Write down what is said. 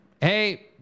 Hey